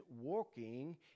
walking